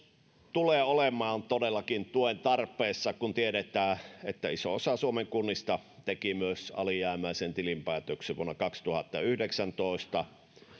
tulee olemaan todellakin tuen tarpeessa kun tiedetään että iso osa suomen kunnista teki alijäämäisen tilinpäätöksen vuonna kaksituhattayhdeksäntoista